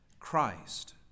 Christ